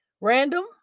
random